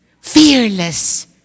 fearless